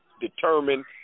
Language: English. determined